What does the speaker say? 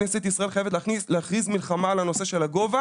כנסת ישראל חייבת להכריז מלחמה על הנושא של הגובה